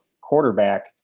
quarterback